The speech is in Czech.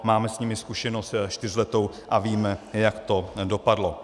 Máme s nimi zkušenost čtyřletou a víme, jak to dopadlo.